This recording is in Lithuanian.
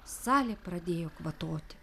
salė pradėjo kvatoti